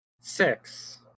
six